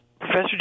Professor